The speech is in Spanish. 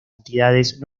entidades